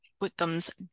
Wickham's